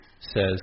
says